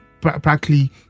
practically